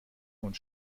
und